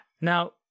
Now